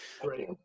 great